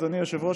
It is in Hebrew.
אדוני היושב-ראש,